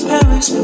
Paris